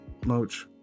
moach